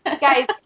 guys